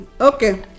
okay